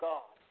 God